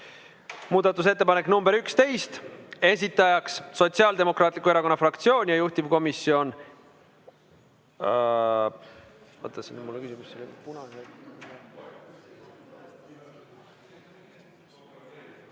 Muudatusettepanek nr 11, esitajaks Sotsiaaldemokraatliku Erakonna fraktsioon ja juhtivkomisjon